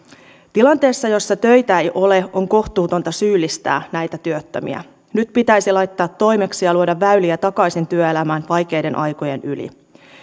tilanteessa jossa töitä ei ole on kohtuutonta syyllistää näitä työttömiä nyt pitäisi laittaa toimeksi ja luoda väyliä takaisin työelämään vaikeiden aikojen yli